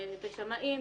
בשמאים,